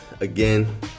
again